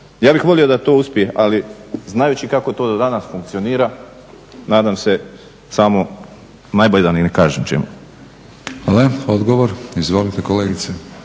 Ja bih volio da to uspije ali znajući kako to danas funkcionira nadam se samo najbolje da ni ne kažem čime. **Batinić, Milorad